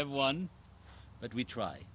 have one but we try